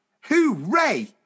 hooray